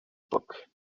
époque